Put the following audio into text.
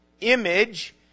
image